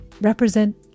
represent